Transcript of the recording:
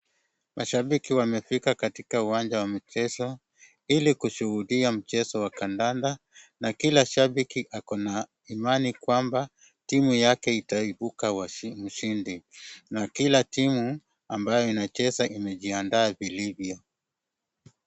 Mashibiki wamefika katika uwanja wa mchezo, ili kushuhudia mchezo wa kadanda, na kila shabiki ako na imani kwamba, timu yake itaibuka mshindi, na kila timu ambayo inacheza imejiandaa vilivyo.